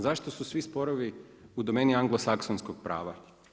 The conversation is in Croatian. Zašto su svi sporovi u domeni anglosaksonskog prava?